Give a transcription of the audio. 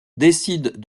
décide